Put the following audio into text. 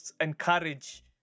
encourage